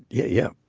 yeah yeah,